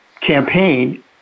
campaign